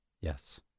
Yes